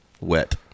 wet